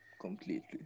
completely